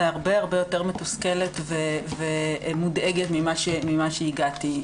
הרבה יותר מתוסכלת ומודאגת ממה שהגעתי.